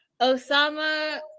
Osama